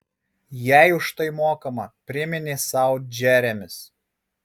jai už tai mokama priminė sau džeremis